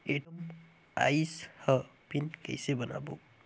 ATM आइस ह PIN कइसे बनाओ?